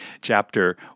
chapter